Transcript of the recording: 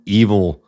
evil